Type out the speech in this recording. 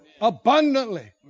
Abundantly